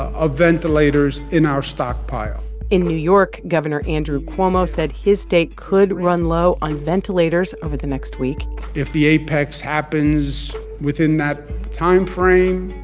of ventilators in our stockpile in new york, governor andrew cuomo said his state could run low on ventilators over the next week if the apex happens within that time frame,